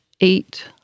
eight